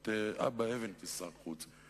ראיתי את אבא אבן כשר החוץ,